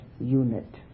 unit